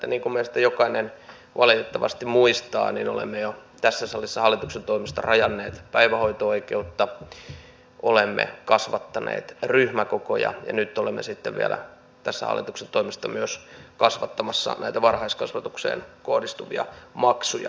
niin kuin meistä jokainen valitettavasti muistaa niin olemme tässä salissa hallituksen toimesta jo rajanneet päivähoito oikeutta olemme kasvattaneet ryhmäkokoja ja nyt olemme hallituksen toimesta myös kasvattamassa näitä varhaiskasvatukseen kohdistuvia maksuja